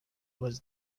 was